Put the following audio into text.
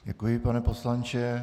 Děkuji, pane poslanče.